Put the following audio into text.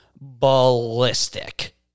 ballistic